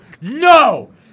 no